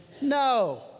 No